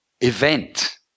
event